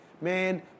man